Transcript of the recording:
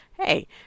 hey